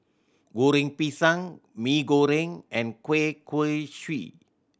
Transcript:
Goreng Pisang Mee Goreng and kueh kosui